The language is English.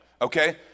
okay